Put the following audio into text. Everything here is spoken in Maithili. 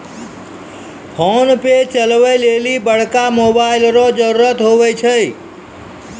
फोनपे चलबै लेली बड़का मोबाइल रो जरुरत हुवै छै